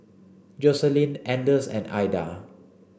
Joselin Anders and Aida